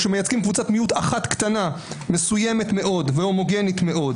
מייצגים קבוצת מיעוט אחת קטנה מסוימת מאוד והומוגנית מאוד.